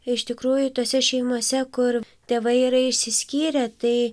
iš tikrųjų tose šeimose kur tėvai yra išsiskyrę tai